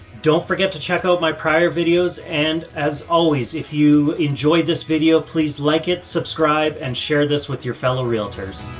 don't forget to check out my prior videos, and as always, if you enjoy this video, please like it, subscribe and share this with your fellow realtor.